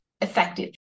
effective